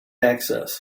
access